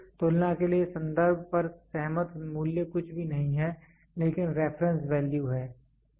इसलिए तुलना के लिए संदर्भ पर सहमत मूल्य कुछ भी नहीं है लेकिन रेफरेंस वैल्यू है